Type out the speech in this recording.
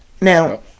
Now